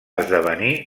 esdevenir